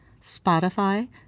Spotify